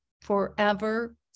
forever